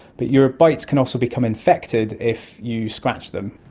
but your bites can also become infected if you scratch them.